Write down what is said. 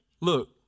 look